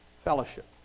Fellowship